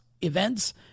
events